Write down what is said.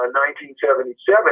1977